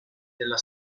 della